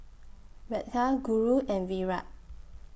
Medha Guru and Virat